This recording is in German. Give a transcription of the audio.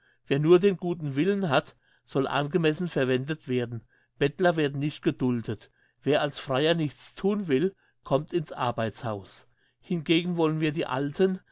wer nur den guten willen hat soll angemessen verwendet werden bettler werden nicht geduldet wer als freier nichts thun will kommt in's arbeitshaus hingegen wollen wir die alten